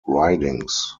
ridings